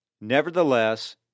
Nevertheless